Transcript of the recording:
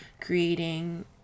creating